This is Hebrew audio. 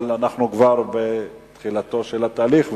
אבל אנחנו כבר בתחילתו של התהליך,